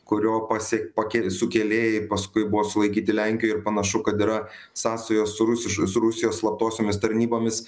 kurio pasiek pakėl sukėlėjai paskui buvo sulaikyti lenkijoj ir panašu kad yra sąsajos su rusiškais rusijos slaptosiomis tarnybomis